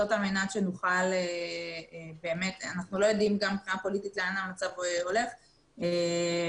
אנחנו גם לא יודעים מבחינה פוליטית לאן הולך המצב